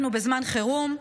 אנחנו בזמן חירום,